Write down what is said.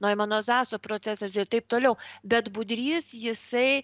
noimano zaso procesas ir taip toliau bet budrys jisai